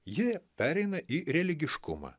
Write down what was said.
ji pereina į religiškumą